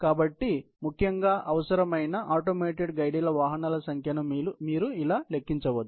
కాబట్టి ఇది ప్రాథమికంగా అవసరమైన ఆటోమేటెడ్ గైడెడ్ వాహనాల సంఖ్యను మీరు ఇలా లెక్కించవచ్చు